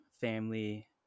family